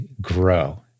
grow